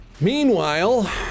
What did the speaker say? Meanwhile